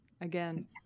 again